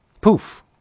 Poof